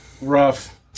rough